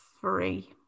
three